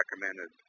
recommended